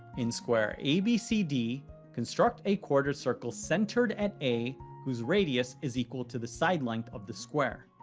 in square abcd construct a quarter circle centered at a whose radius is equal to the side length of the square.